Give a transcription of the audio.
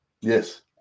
yes